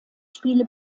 spiele